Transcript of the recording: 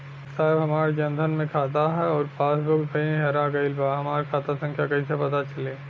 साहब हमार जन धन मे खाता ह अउर पास बुक कहीं हेरा गईल बा हमार खाता संख्या कईसे पता चली?